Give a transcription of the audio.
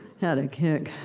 had a kick.